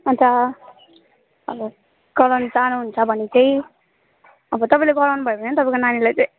अन्त अब गराउनु चाहनुहुन्छ भने चाहिँ अब तपाईँले गराउनु भयो भने तपाईँको नानीलाई चाहिँ